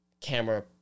camera